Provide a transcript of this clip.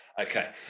okay